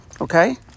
okay